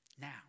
Now